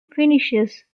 finishes